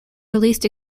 released